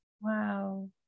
Wow